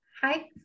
Hi